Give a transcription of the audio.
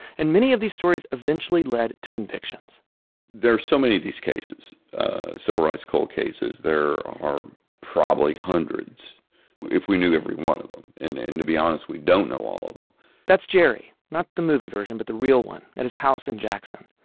and many of these stories eventually led to convictions there are so many of these cases civil rights cold cases. there are probably hundreds if we knew every one of them. and to be honest, we don't know all of them that's jerry not the movie version, but the real one at his house in jackson.